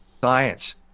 science